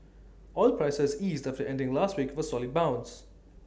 oil prices eased after ending last week with A solid bounce